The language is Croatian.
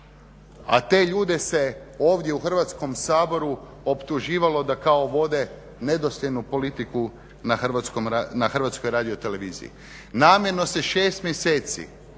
A te ljude se ovdje u Hrvatskom saboru optuživalo da kao vode nedostojnu politiku na HRT-u. Namjerno se 6 mjeseci